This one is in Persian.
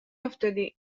افتادی